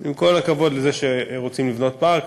עם כל הכבוד לזה שרוצים לבנות פארק,